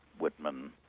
whitman,